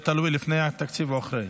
זה תלוי, לפני התקציב או אחרי.